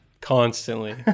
Constantly